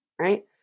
Right